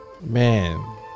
man